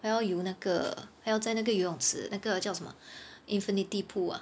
他要游那个他要在那个游泳池那个叫什么 infinity pool ah